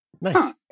Nice